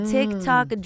TikTok